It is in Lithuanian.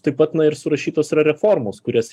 taip pat na ir surašytos yra reformos kurias reikia